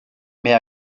mais